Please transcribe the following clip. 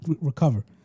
recover